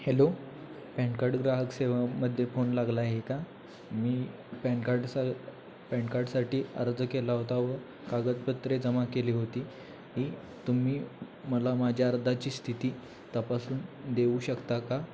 hello PAN card ग्राहक सेवामध्ये phone लागला आहे का मी पॅन कार्डचा पॅनकार्डसाठी अर्ज केला होता व कागदपत्रे जमा केली होती ही तुम्ही मला माझ्या अर्जाची स्थिती तपासून देऊ शकता का